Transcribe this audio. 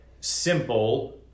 simple